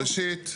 ראשית,